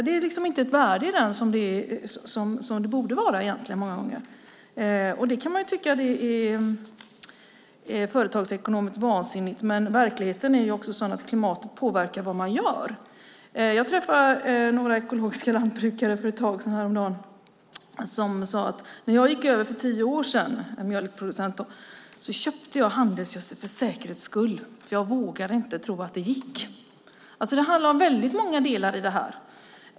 Det är inte ett värde i den som det många gånger borde vara. Det kan tyckas vara företagsekonomiskt vansinnigt, men verkligheten är sådan att klimatet påverkar vad man gör. Häromdagen träffade jag några lantbrukare som idkar ekologiskt lantbruk. En mjölkproducent sade att när han gick över till ekologiskt lantbruk för tio år sedan köpte han handelsgödsel för säkerhets skull. Han vågade inte tro att det gick. Det handlar om många delar i detta.